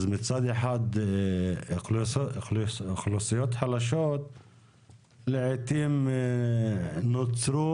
אז מצד אחת אוכלוסיות חלשות לעיתים נוצרו